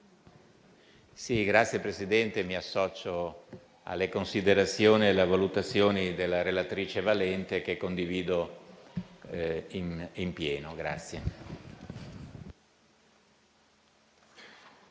Signor Presidente, mi associo alle considerazioni e alle valutazioni della relatrice Valente, che condivido in pieno.